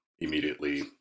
Immediately